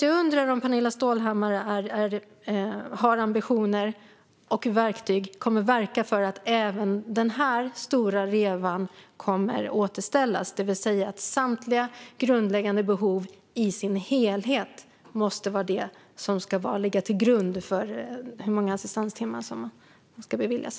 Jag undrar om Pernilla Stålhammar har ambitionen och kommer att verka för att även denna stora reva kommer att återställas, det vill säga att samtliga grundläggande behov i sin helhet måste vara det som ligger till grund för hur många assistanstimmar man beviljas.